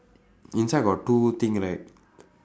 inside got two thing right